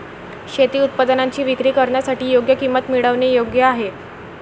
शेती उत्पादनांची विक्री करण्यासाठी योग्य किंमत मिळवणे योग्य आहे